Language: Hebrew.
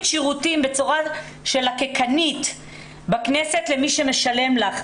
שירותים בצורה של לקקנית בכנסת למי שמשלם לך".